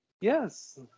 Yes